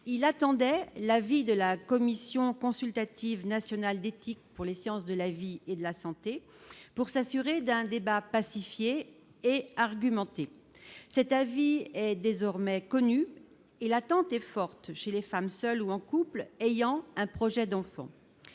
il attendait l'avis de la commission consultative nationale d'éthique pour les sciences de la vie et de la santé pour s'assurer d'un débat pacifié et argumentée, cet avis est désormais connu, et l'attente est forte chez les femmes seules ou en couples ayant un projet d'enfants,